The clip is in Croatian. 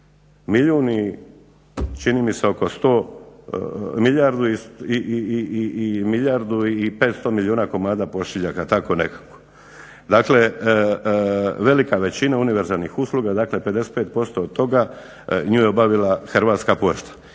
milijun i čini mi se oko 100, milijardu i 500 milijuna komada pošiljaka tako nekako. Dakle, velika većina univerzalnih usluga. Dakle, 55% od toga nju je obavila Hrvatska pošta